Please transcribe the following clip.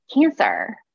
cancer